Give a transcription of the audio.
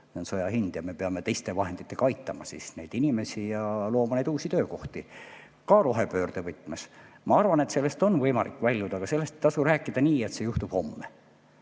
see on sõja hind. Ja me peame siis teiste vahenditega aitama neid inimesi ja looma uusi töökohti ka rohepöörde võtmes. Ma arvan, et sellest on võimalik väljuda, aga sellest ei tasu rääkida nii, et see juhtub homme.